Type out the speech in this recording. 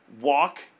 walk